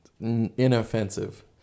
inoffensive